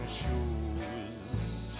shoes